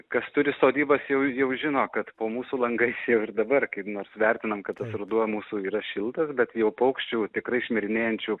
kas turi sodybas jau jau žino kad po mūsų langais jau ir dabar kaip nors vertinam kad tas ruduo mūsų yra šiltas bet jau paukščių tikrai šmirinėjančių